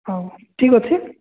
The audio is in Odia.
ହଉ ଠିକ୍ ଅଛି